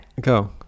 Go